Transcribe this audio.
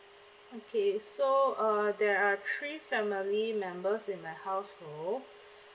okay so uh there are three family members in my household